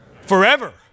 Forever